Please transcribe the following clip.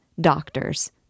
doctors